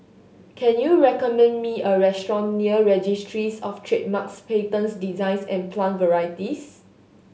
can you recommend me a restaurant near Registries Of Trademarks Patents Designs and Plant Varieties